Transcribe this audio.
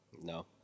No